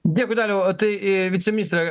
dėkui daliau tai viceministre